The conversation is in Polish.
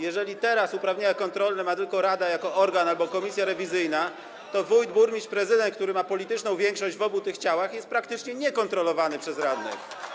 Jeżeli teraz uprawnienia kontrolne ma tylko rada jako organ albo komisja rewizyjna, to wójt, burmistrz, prezydent, który ma polityczną większość w obu tych ciałach, jest praktycznie niekontrolowany przez radnych.